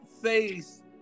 face